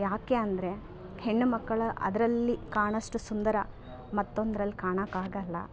ಯಾಕೆ ಅಂದರೆ ಹೆಣ್ಣು ಮಕ್ಕಳು ಅದರಲ್ಲಿ ಕಾಣಷ್ಟು ಸುಂದರ ಮತ್ತೊಂದ್ರಲ್ಲಿ ಕಾಣಕ್ಕಾಗಲ್ಲ